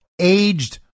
aged